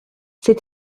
ses